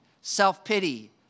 self-pity